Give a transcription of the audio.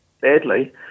badly